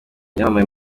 yamamaye